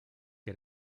que